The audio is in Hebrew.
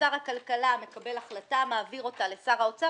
שר הכלכלה מקבל החלטה, מעביר אותה לשר האוצר.